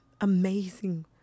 amazing